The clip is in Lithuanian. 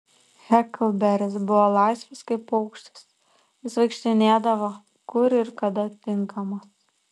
heklberis buvo laisvas kaip paukštis jis vaikštinėdavo kur ir kada tinkamas